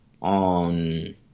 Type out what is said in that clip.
on